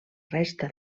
resta